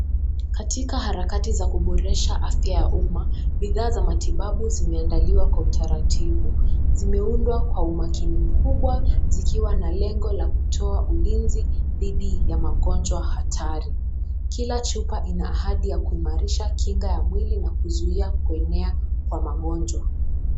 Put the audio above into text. Katika harakati za kuboresha afya ya uuma bidhaa za matibabu zimeandaliwa kwa utaratibu. Zimeundwa kwa umakini mkubwa zikiwa na lengo la kutoa ulinzi dhidi ya magonjwa hatari. Kila chupa ina ahadi ya kuimarisha kinga ya mwili na kuzuia kuenea kwa magonjwa.